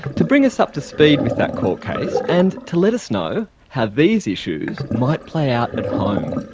to bring us up to speed with that court case and to let us know how these issues might play out at home.